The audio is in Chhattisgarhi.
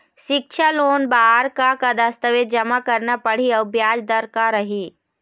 सिक्छा लोन बार का का दस्तावेज जमा करना पढ़ही अउ ब्याज दर का रही?